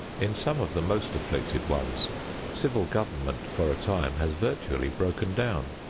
in some of the most afflicted ones civil government for a time has virtually broken down.